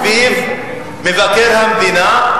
סביב מבקר המדינה,